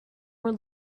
were